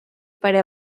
para